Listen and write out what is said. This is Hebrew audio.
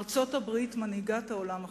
ארצות-הברית, מנהיגת העולם החופשי,